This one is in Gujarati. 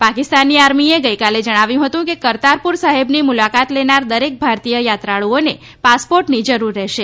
પાકિસ્તાની આર્મીએ ગઇકાલે કહ્યું હતું કે કરતારપુર સાહેબની મુલાકાત લેનાર દરેક ભારતીય યાત્રાળુઓને પાસપોર્ટની જરૂર રહેશે